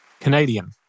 Canadian